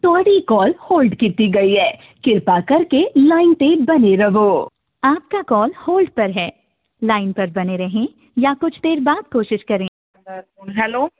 ਤੁਹਾਡੀ call hold ਕੀਤੀ ਗਈ ਹੈ ਕ੍ਰਿਪਾ ਕਰਕੇ ਲਾਈਨ 'ਤੇ ਬਣੇ ਰਵੋ ਆਪਕਾ ਕੋਲ ਹੌਲਡ ਪਰ ਹੈ ਲਾਈਨ ਪਰ ਬਨੇ ਰਹੇਂ ਜਾਂ ਕੁਝ ਦੇਰ ਬਾਅਦ ਕੋਸ਼ਿਸ਼ ਕਰੇਂ ਹੈਲੋ